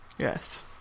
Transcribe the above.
Yes